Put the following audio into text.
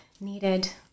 needed